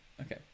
Okay